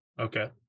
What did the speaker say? Okay